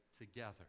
together